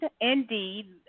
indeed